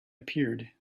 appeared